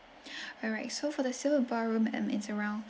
alright so for the silver ballroom um it's around